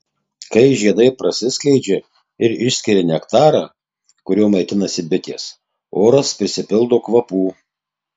kai žiedai prasiskleidžia ir išskiria nektarą kuriuo maitinasi bitės oras prisipildo kvapų